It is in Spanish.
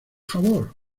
favor